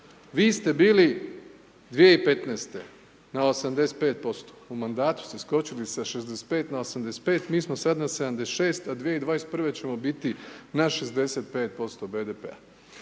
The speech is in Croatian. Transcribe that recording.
vi ste bili 2015. na 85%, u mandatu ste skočili sa 65 na 85, mi smo sad na 76 a 2021. ćemo biti na 65% BDP-a.